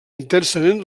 intensament